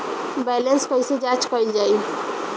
Balance कइसे जांच कइल जाइ?